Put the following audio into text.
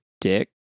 Dick